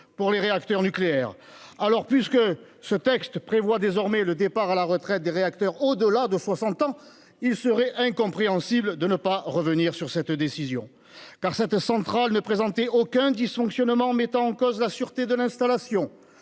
pour les réacteurs nucléaires ! Puisque le présent texte prévoit désormais le départ à la retraite des réacteurs au-delà de 60 ans, il serait incompréhensible de ne pas revenir sur cette décision. Cette centrale, en effet, ne présentait aucun dysfonctionnement mettant en cause la sûreté de l'installation.